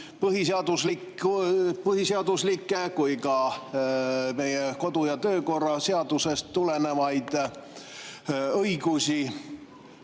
põhiseaduslikke kui ka meie kodu- ja töökorra seadusest tulenevaid õigusi.